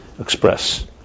express